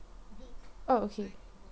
oh okay